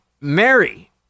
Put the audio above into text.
mary